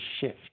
shift